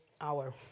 hour